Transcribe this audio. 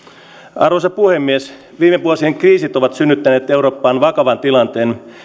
arvoisa puhemies viime vuosien kriisit ovat synnyttäneet eurooppaan vakavan tilanteen